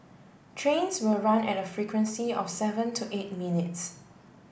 trains will run at a frequency of seven to eight minutes